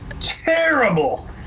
terrible